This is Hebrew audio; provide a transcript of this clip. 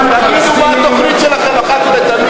תגידו מה התוכנית שלכם, אחת ולתמיד.